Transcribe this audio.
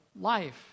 life